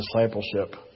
discipleship